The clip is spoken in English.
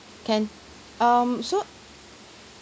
can um so